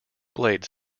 blade